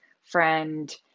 friend